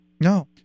No